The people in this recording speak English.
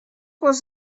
was